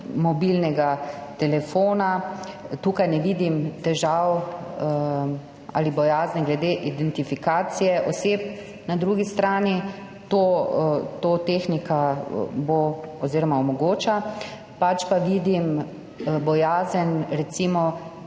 mobilnega telefona. Tukaj ne vidim težav ali bojazni glede identifikacije oseb, na drugi strani to tehnika omogoča, pač pa vidim bojazen, recimo,